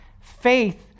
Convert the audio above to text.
Faith